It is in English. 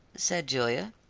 said julia.